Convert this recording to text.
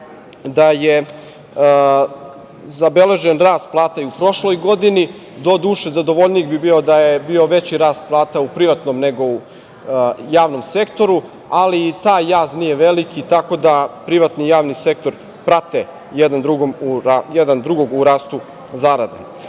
da je zabeležen rast plata i u prošloj godini, doduše, zadovoljniji bi bio da je bio veći rast plata u privatnom nego u javnom sektoru, ali i taj jaz nije veliki, tako da, privatni i javni sektor prate jedan drugog u rastu zarade. Ovim